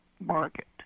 market